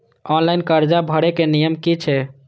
Online कर्जा भरे के नियम की छे?